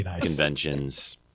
conventions